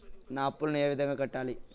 నా అప్పులను ఏ విధంగా కట్టాలి?